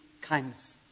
kindness